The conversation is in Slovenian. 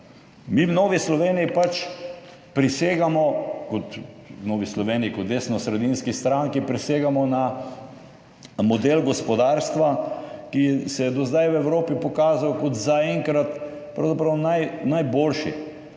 Mi v Novi Sloveniji kot desnosredinski stranki pač prisegamo na model gospodarstva, ki se je do zdaj v Evropi pokazal kot zaenkrat pravzaprav